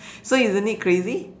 so isn't it crazy